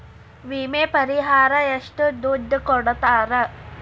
ವಿಮೆ ಪರಿಹಾರ ಎಷ್ಟ ದುಡ್ಡ ಕೊಡ್ತಾರ?